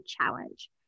Challenge